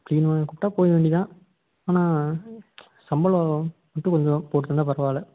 clean பண்ண கூப்பிட்டா போயிட வேண்டிதுதான் ஆனால் சம்பளம் மட்டும் கொஞ்சம் போட்டு தந்தால் பரவாயில்லை